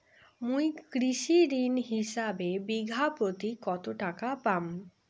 মুই কৃষি ঋণ হিসাবে বিঘা প্রতি কতো টাকা পাম?